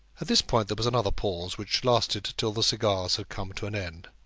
at this point there was another pause, which lasted till the cigars had come to an end.